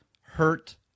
hurt